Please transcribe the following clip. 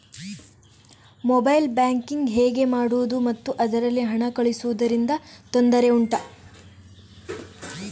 mobile banking ಹೇಗೆ ಮಾಡುವುದು ಮತ್ತು ಅದರಲ್ಲಿ ಹಣ ಕಳುಹಿಸೂದರಿಂದ ತೊಂದರೆ ಉಂಟಾ